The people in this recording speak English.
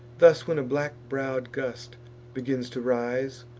thus, when a black-brow'd gust begins to rise,